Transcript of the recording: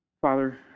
Father